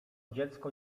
dziecko